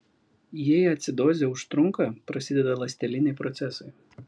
jei acidozė užtrunka prasideda ląsteliniai procesai